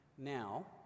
Now